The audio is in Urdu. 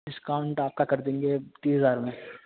ڈسکاؤنٹ آپ کا کر دیں گے تیس ہزار میں